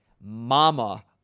mama